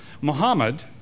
Muhammad